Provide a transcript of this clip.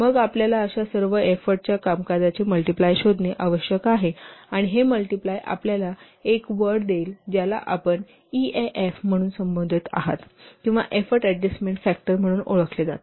मग आपल्याला अशा सर्व एफोर्टच्या कामकाजाचे मल्टिप्लाय शोधणे आवश्यक आहे आणि हे मल्टिप्लाय आपल्याला एक वर्ड देईल ज्याला आपण ईएएफ म्हणून संबोधत आहात किंवा एफोर्ट अडजस्टमेन्ट फॅक्टर म्हणून ओळखले जाते